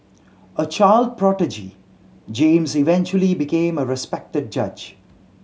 a child prodigy James eventually became a respected judge